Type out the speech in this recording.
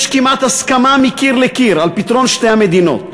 יש כמעט הסכמה מקיר לקיר על פתרון שתי המדינות.